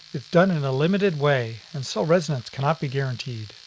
it's done in a limited way and so resonance cannot be gauranteed.